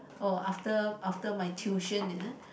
oh after after my tuition is it